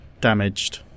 damaged